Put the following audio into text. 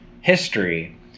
history